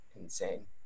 insane